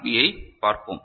B யை பார்ப்போம்